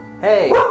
Hey